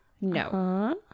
No